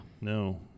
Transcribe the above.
No